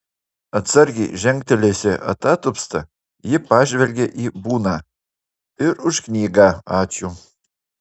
atsargiai žengtelėjusi atatupsta ji pažvelgė į buną ir už knygą ačiū